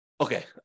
Okay